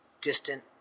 distant